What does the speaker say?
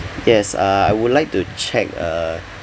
yes ah I would like to check uh